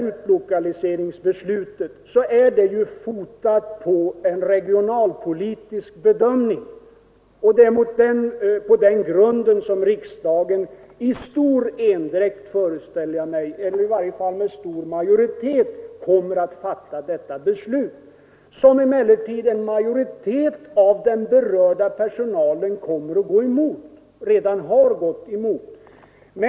Utlokaliseringen är baserad på en regionalpolitisk bedömning, och det är på den grunden som riksdagen i stor endräkt, föreställer jag mig, eller i varje fall med stor majoritet kommer att fatta detta beslut, som emellertid en majoritet av den berörda personalen starkt ogillar.